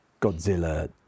Godzilla